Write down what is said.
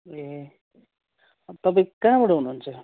ए तपाईँ कहाँबाट हुनुहुन्छ